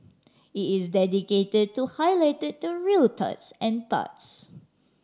it is dedicated to highlight the real turds and turds